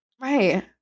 Right